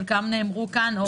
חלקם נאמרו כאן.